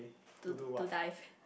to to dive